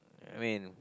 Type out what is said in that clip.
I mean